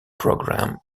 program